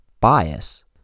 bias